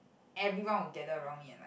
everyone will gather around me and like